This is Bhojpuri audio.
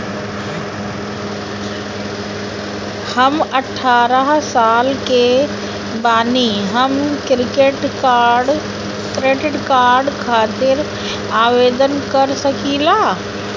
हम अठारह साल के बानी हम क्रेडिट कार्ड खातिर आवेदन कर सकीला?